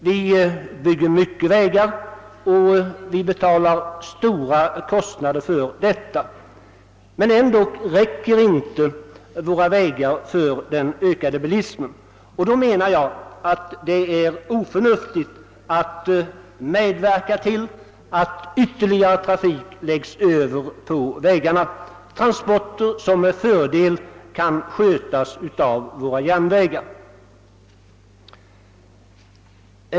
Vi bygger mycket vägar och vi har stora kostnader för dessa. Likväl räcker våra vägar inte för den ökande bilismen. Då är det oförnuftigt att medverka till att ytterligare trafik läggs över på vägarna, lransporter som med fördel kan skötas av våra järnvägar.